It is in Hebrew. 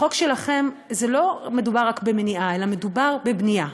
החוק שלכם, לא מדובר רק במניעה אלא מדובר בבנייה,